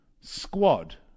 squad